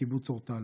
לקיבוץ אורטל.